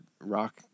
rock